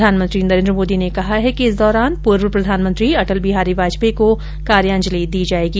प्रधानमंत्री नरेन्द्र मोदी ने कहा कि इस दौरान पूर्व प्रधानमंत्री अटल बिहारी वाजपेयी को कार्या जलि दी जायेगी